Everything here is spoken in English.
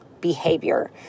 behavior